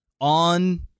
on